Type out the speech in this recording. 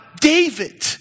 David